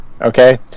Okay